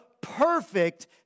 perfect